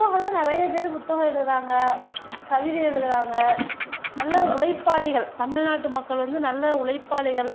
புத்தகள்லாம் நிறைய பேர் புத்தகம் எழுதுகிறாங்க கவிதை எழுதுகிறாங்க நல்ல உழைப்பாளிகள் தமிழ்நாட்டு மக்கள் வந்து நல்ல உழைப்பாளிகள்